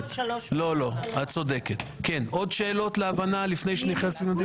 כן, עוד שאלות להבנה, לפני הדיון?